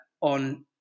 on